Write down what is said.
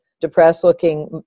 depressed-looking